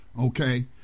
Okay